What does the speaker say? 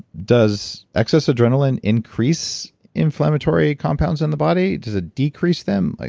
does excess adrenaline increase inflammatory compounds in the body? does it decrease them? like